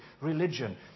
religion